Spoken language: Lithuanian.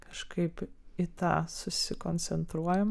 kažkaip į tą susikoncentruojam